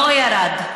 לא ירד.